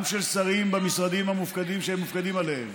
גם של שרים במשרדים שהם מופקדים עליהם